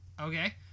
Okay